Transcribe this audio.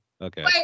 Okay